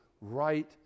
right